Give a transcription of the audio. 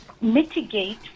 mitigate